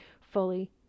fully